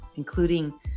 including